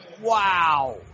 Wow